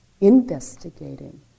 investigating